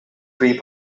three